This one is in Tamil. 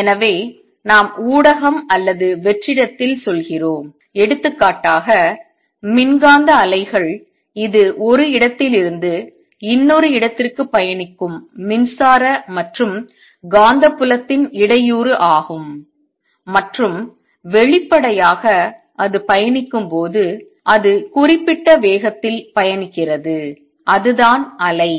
எனவே நாம் ஊடகம் அல்லது வெற்றிடத்தில் சொல்கிறோம் எடுத்துக்காட்டாக மின்காந்த அலைகள் இது ஒரு இடத்திலிருந்து இன்னொரு இடத்திற்கு பயணிக்கும் மின்சார மற்றும் காந்தப்புலத்தின் இடையூறு ஆகும் மற்றும் வெளிப்படையாக அது பயணிக்கும்போது அது குறிப்பிட்ட வேகத்தில் பயணிக்கிறது அதுதான் அலை